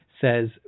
says